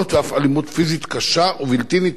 ואף אלימות פיזית קשה ובלתי נתפסת,